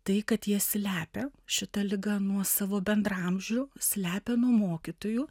tai kad jie slepia šitą ligą nuo savo bendraamžių slepia nuo mokytojų